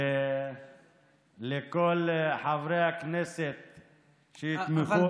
ולכל חברי הכנסת שיתמכו,